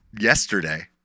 yesterday-